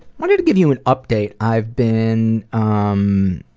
wanted to give you an update. i've been um